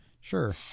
sure